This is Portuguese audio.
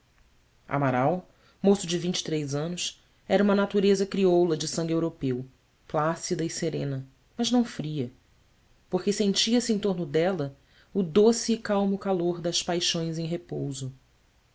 amaral moço de vinte e três anos era uma natureza crioula de sangue europeu plácida e serena mas não fria porque sentia-se em torno dela o doce e calmo calor das paixões em repouso